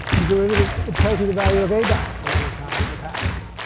the derivative it tells you the value of a dot at any time in the past.